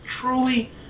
truly